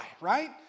right